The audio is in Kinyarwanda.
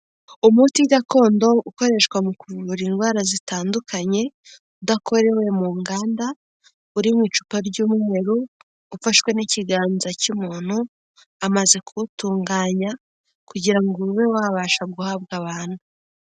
Umuti gakondo ukoreshwa mu kuvura indwara zitandukanye udakorewe mu nganda, uri mu icupa ry'umweru, ufashwe n'ikiganza cy'umuntu, amaze kuwutunganya, kugira ngo ube wabasha guhabwa abantu.